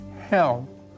Hell